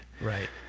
Right